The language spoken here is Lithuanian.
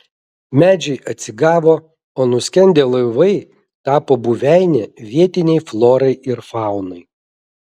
medžiai atsigavo o nuskendę laivai tapo buveine vietinei florai ir faunai